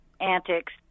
antics